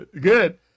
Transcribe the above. Good